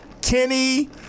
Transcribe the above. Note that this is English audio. Kenny